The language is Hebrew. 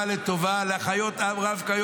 לְטֹבָה למען עשה כיום הזה לְהַחֲיֹת עם רב".